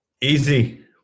Easy